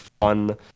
fun